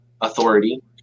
authority